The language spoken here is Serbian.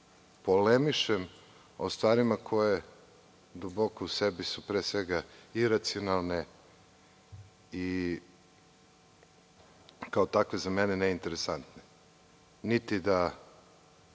polemišem o stvarima koje duboko u sebi su pre svega iracionalne i kao takve za mene neinteresantne. Niti da